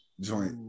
joint